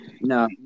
No